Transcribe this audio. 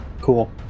Cool